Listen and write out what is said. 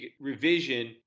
revision